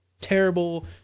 terrible